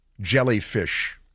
jellyfish